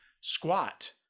squat